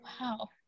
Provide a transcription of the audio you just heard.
Wow